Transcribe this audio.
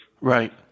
Right